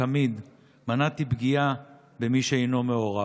תמיד מנעתי פגיעה במי שאינו מעורב.